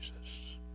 Jesus